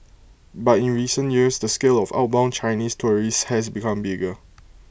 but in recent years the scale of outbound Chinese tourists has become bigger